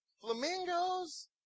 Flamingos